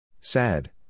Sad